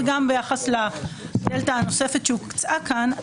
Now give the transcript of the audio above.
וגם ביחס לדלת הנוספת שהוצעה כאן,